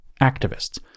Activists